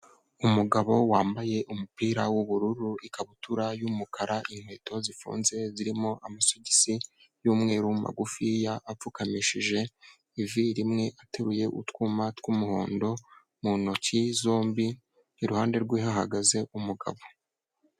Umugabo wambaye umupira w'ubururu ikabutura y'umukara, inkweto zifunze zirimo amasogisi y'umweru magufiya, apfukamishije ivi rimwe, ateruye utwuma tw'umuhondo mu ntoki zombi, iruhande rwe hahagaze umugabo.